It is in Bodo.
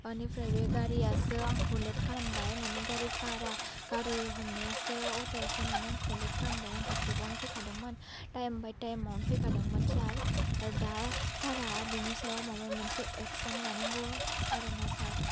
बेनिफ्राय बे गारियासो आंखौ लेट खालामबाय माने गारि भारा गारि हमनायासो अट'आसो माने आंखौ लेट खालामबाय आंथ' ग्रोबआवनो फैखादोंमोन टाइम बाइ टाइम आवनो फैखादोंमोन सार दा सारआ बिनि सायाव माबा मोनसे एकसन लानांगौ आरो ना सार